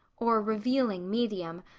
or revealing. medium,